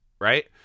right